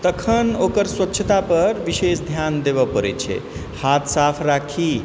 तखन ओकर स्वच्छतापर विशेष ध्यान देबऽ पड़ै छै हाथ साफ राखी